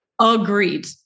Agreed